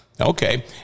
Okay